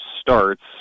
starts